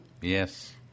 yes